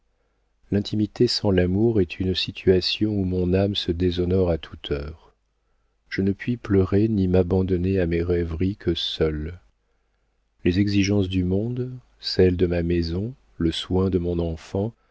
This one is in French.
l'intimité sans l'amour est une situation où mon âme se déshonore à toute heure je ne puis pleurer ni m'abandonner à mes rêveries que seule les exigences du monde celles de ma maison le soin de mon enfant